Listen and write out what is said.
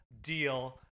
deal